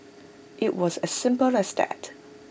IT was as simple as that